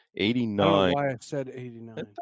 89